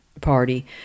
party